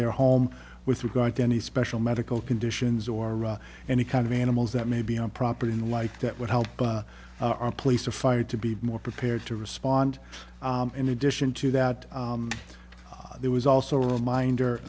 their home with regard to any special medical conditions or ra any kind of animals that may be on property in life that would help our police or fire to be more prepared to respond in addition to that there was also a reminder